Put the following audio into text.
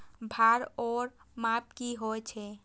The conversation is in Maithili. भार ओर माप की होय छै?